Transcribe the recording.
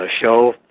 show